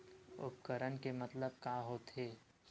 उपकरण के मतलब का होथे?